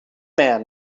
man